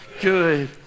good